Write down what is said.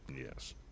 Yes